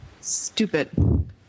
stupid